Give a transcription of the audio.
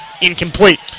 incomplete